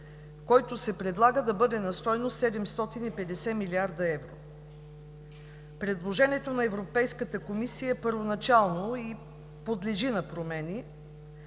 който се предлага да бъде на стойност 750 млрд. евро. Предложението на Европейската комисия е първоначално и подлежи на промени.